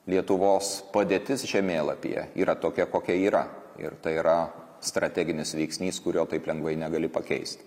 lietuvos padėtis žemėlapyje yra tokia kokia yra ir tai yra strateginis veiksnys kurio taip lengvai negali pakeisti